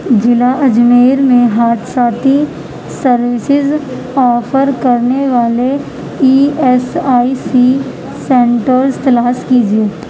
ضلع اجمیر میں حادثاتی سروسز آفر کرنے والے E S I C centres تلاژ کیجیے